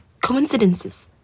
coincidences